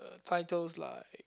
uh titles like